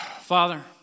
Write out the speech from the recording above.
Father